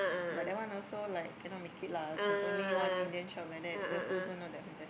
but that one also like cannot make it lah there's only one Indian shop like that the food also not that fantastic